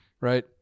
right